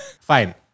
Fine